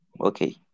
Okay